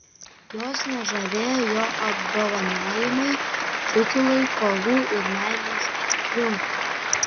jos nežavėjo jo apdovanojimai titulai kovų ir meilės triumfai